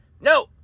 No